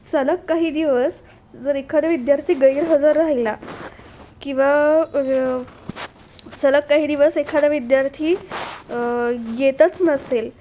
सलग काही दिवस जर एखाद्या विद्यार्थी गैरहजर राहिला किंवा सलग काही दिवस एखादा विद्यार्थी येतच नसेल